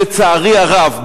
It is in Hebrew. לצערי הרב,